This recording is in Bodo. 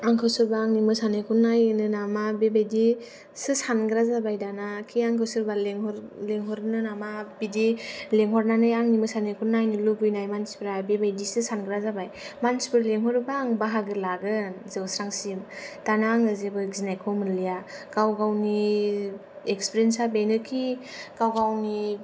आंखौ सोरबा आंनि मोसानायखौ नायनो नामा बेबादिसो सानग्रा जाबोय दाना कि आंखौ सोरबा लिंहरनो नामा बिदि लिंहरनानै आंनि मोसानायखौ नायनो लुगैनाय मानसिफोरा बेबादिसो सानग्रा जाबाय मानसिफोर लिंहरोब्ला आं बाहागो लागोन जौस्रांसिम दाना आङो जेबो गिनायखौ मोनलिया गाव गावनि एक्सपिरियेनसा बेनोखि गाव गावनि